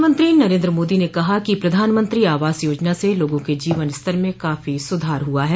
प्रधानमंत्री नरेन्द्र मोदी ने कहा कि प्रधानमंत्री आवास योजना से लोगों के जीवन स्तर में काफो सुधार हुआ है